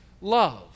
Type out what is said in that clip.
love